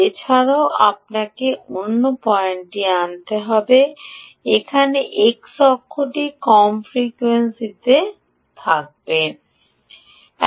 এছাড়াও আপনাকে অন্য পয়েন্টটি আনতে হবে যে এক্স অক্ষটি কম ফ্রিকোয়েন্সিতে কম ফ্রিকোয়েন্সিতে ফ্রিকোয়েন্সি